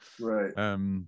right